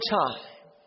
time